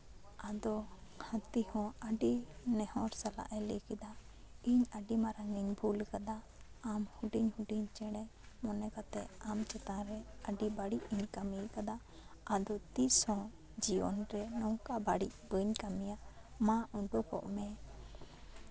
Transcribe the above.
ᱟᱫᱚ ᱦᱟᱹᱛᱤ ᱦᱚᱸ ᱟᱹᱰᱤ ᱱᱮᱦᱚᱨ ᱥᱟᱞᱟᱜ ᱮ ᱞᱟᱹᱭ ᱠᱮᱫᱟ ᱤᱧ ᱟᱹᱰᱤ ᱢᱟᱨᱟᱝ ᱤᱧ ᱵᱷᱩᱞ ᱠᱟᱫᱟ ᱟᱢ ᱦᱩᱰᱤᱧ ᱦᱩᱰᱤᱧ ᱪᱮᱬᱮ ᱢᱚᱱᱮ ᱠᱟᱛᱮᱜ ᱟᱢ ᱪᱮᱛᱟᱱ ᱨᱮ ᱟᱹᱰᱤ ᱵᱟᱹᱲᱤᱡ ᱤᱧ ᱠᱟᱹᱢᱤ ᱠᱟᱫᱟ ᱟᱫᱚ ᱛᱤᱥᱦᱚᱸ ᱡᱤᱭᱚᱱᱨᱮ ᱱᱚᱝᱠᱟ ᱵᱟᱹᱲᱤᱡ ᱵᱟᱹᱧ ᱠᱟᱹᱢᱤᱭᱟ ᱢᱟ ᱩᱰᱩᱠᱚᱜ ᱢᱮ